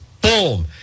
Boom